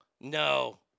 No